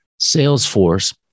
Salesforce